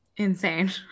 insane